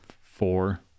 four